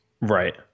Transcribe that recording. Right